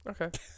Okay